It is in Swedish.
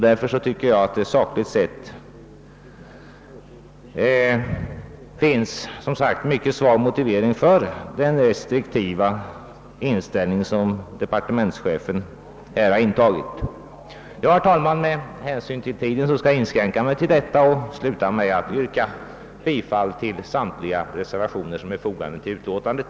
Därför tycker jag att det sakligt sett finns mycket svag motivering för den restriktiva hållning som departementschefen här har intagit. Herr talman! Med hänsyn till tidsnöden skall jag inskränka mig till detta och sluta med att yrka bifall till samtliga reservationer som är fogade till utskottsutlåtandet.